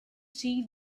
see